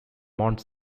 mont